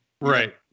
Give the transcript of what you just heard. Right